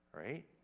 Right